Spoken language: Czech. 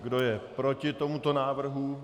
Kdo je proti tomuto návrhu?